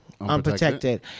unprotected